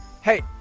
hey